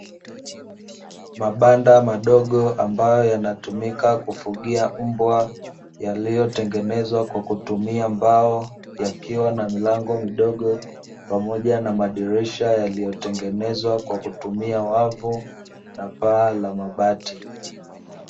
Mabanda madogo ambayo yanatumika kufugia mbwa yaliyotengenezwa kwa kutumia mbao, yakiwa na milango midogo pamoja na madirisha yaliyotengenezwa kwa kutumia wavu na paa la mabati.